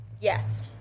yes